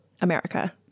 America